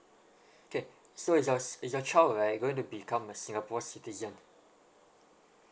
K so is yours is your child right going to become a singapore citizen